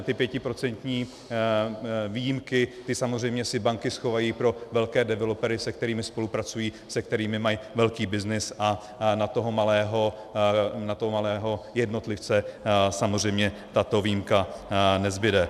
Ty pětiprocentní výjimky si samozřejmě banky schovají pro velké developery, se kterými spolupracují, se kterými mají velký byznys, a na toho malého jednotlivce samozřejmě tato výjimka nezbude.